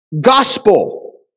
gospel